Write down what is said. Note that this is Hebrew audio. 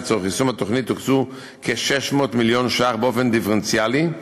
לצורך יישום התוכנית הוקצו כ-600 מיליון שקלים באופן דיפרנציאלי,